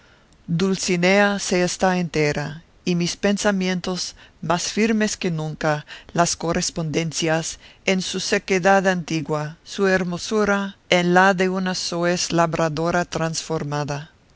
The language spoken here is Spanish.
se está entera y mis pensamientos más firmes que nunca las correspondencias en su sequedad antigua su hermosura en la de una soez labradora transformada